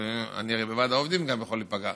אני הרי מוועד העובדים גם יכול להיפגע.